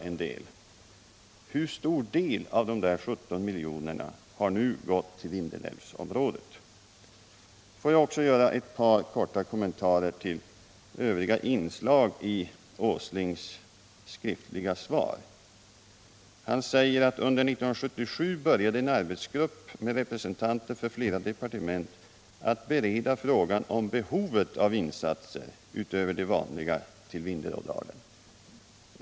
Får jag också göra ett par korta kommentarer till övriga inslag i Nils Åslings skriftliga svar. Industriministern säger att under 1977 började en arbetsgrupp med representanter för flera departement att bereda frågan om behovet av insatser utöver de vanliga till Vindelådalen.